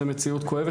זו מציאות כואבת.